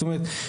זאת אומרת,